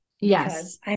Yes